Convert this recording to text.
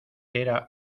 era